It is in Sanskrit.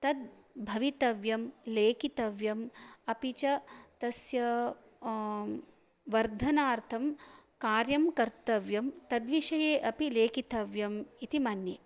तद् भवितव्यं लेखितव्यम् अपि च तस्य वर्धनार्थं कार्यं कर्तव्यं तद्विषये अपि लेखितव्यम् इति मन्ये